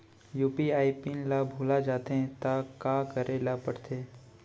UPI PIN ल भुला जाथे त का करे ल पढ़थे?